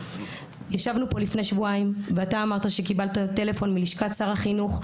ישבנו פה לפני שבועיים ואמרת שקיבלת טלפון מלשכת שר החינוך,